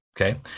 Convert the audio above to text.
okay